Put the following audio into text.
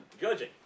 judging